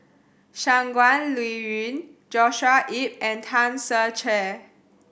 Shangguan Liuyun Joshua Ip and Tan Ser Cher